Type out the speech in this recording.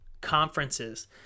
conferences